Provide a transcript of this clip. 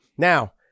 Now